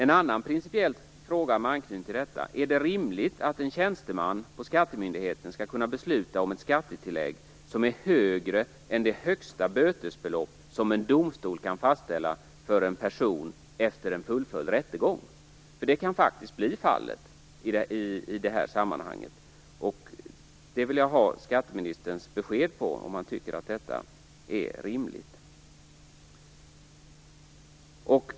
En annan principiell fråga med anknytning till detta är: Är det rimligt att en tjänsteman på skattemyndigheten skall kunna besluta om ett skattetillägg som är högre än det högsta bötesbelopp som en domstol kan fastställa för en person efter en fullföljd rättegång? Det kan faktiskt bli fallet i detta sammanhang. Jag vill ha ett besked från skatteministern om han tycker att detta är rimligt.